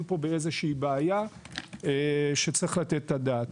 פה באיזושהי בעיה שצריך לתת עליה את הדעת.